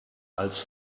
als